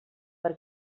per